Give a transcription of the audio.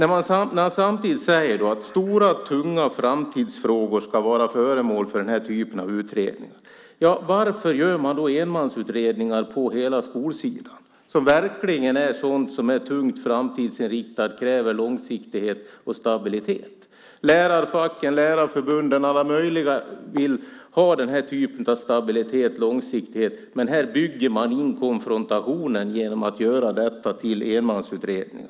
Han säger att stora, tunga framtidsfrågor ska vara föremål för den här typen av utredning. Varför gör man då enmansutredningar på hela skolsidan? Den är ju verkligen tung, framtidsinriktad och kräver långsiktighet och stabilitet. Lärarfacken, lärarförbundet och alla möjliga vill ha långsiktighet och stabilitet, men här bygger man in konfrontation genom att göra det till enmansutredningar.